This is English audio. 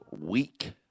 week